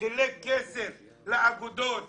חילק כסף לאגודות,